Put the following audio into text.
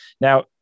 Now